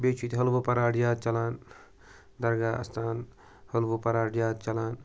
بیٚیہِ چھُ ییٚتہِ حلوٕ پَراٹھ زیادٕ چَلان درگاہ اَستان حلوٕ پَراٹھ زیادٕ چَلان